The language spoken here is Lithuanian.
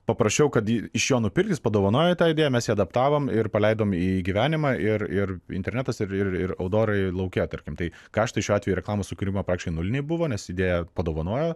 paprašiau kad ji iš jo nupirkti jis padovanojau tą idėją mes ją adaptavom ir paleidom į gyvenimą ir ir internetas ir ir outdorai lauke tarkim tai kaštai šiuo atveju reklamos sukūrimo praktiškai nuliniai buvo nes idėją padovanojo